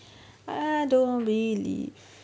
I don't believe